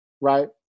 right